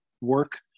work